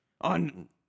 On